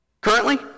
currently